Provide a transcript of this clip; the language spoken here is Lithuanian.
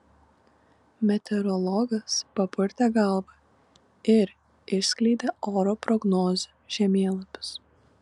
meteorologas papurtė galvą ir išskleidė oro prognozių žemėlapius